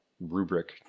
rubric